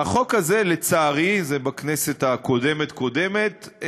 והחוק הזה, לצערי, זה בכנסת הקודמת לקודמת,